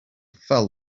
fell